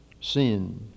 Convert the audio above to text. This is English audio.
sin